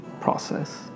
process